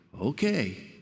okay